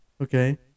okay